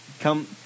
come